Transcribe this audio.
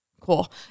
cool